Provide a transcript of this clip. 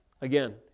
Again